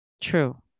True